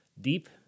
deep